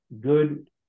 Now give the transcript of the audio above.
good